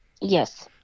yes